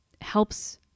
helps